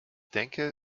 denke